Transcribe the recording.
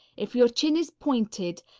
if your chin is pointed,